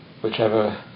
whichever